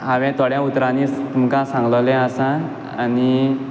हांवें थोड्या उतरांनी तुमकां सांगलोलें आसा आनी